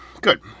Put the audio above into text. good